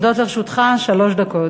עומדות לרשותך שלוש דקות.